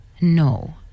No